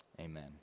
Amen